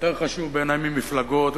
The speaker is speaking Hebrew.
יותר חשוב בעיני ממפלגות,